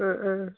അ ആ